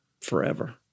forever